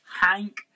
Hank